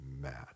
mad